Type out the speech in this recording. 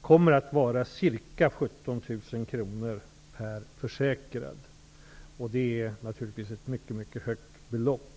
kommer att vara ca 17 000 kr per försäkrad. Det är naturligtvis ett mycket högt belopp.